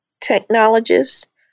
technologists